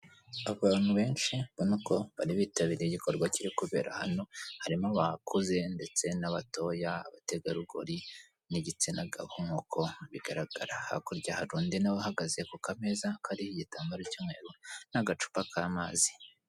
Abantu benshi ubona ko bari bitabiriye igikorwa kiri kubera hano, harimo abakuze ndetse n'abatoya, abategarugori n'igitsina gabo nk'uko bigaragara, hakurya hari undi na we uhagaze ku kameza kariho igitambaro cy'umweru n'agacupa k'amazi.